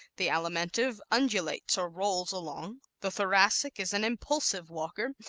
the alimentive undulates or rolls along the thoracic is an impulsive walker,